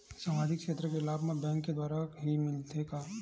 सामाजिक क्षेत्र के लाभ हा बैंक के द्वारा ही मिलथे का?